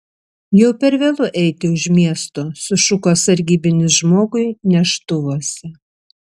jau per vėlu eiti už miesto sušuko sargybinis žmogui neštuvuose